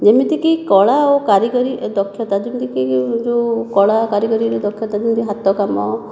ଏମିତିକି କଳା ଓ କାରିଗରୀ ଦକ୍ଷତା ଯେମିତିକି ଯେଉଁ କଳା ଓ କାରିଗରୀ ଦକ୍ଷତା ଯେମିତି ହାତ କାମ